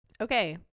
Okay